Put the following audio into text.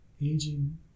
aging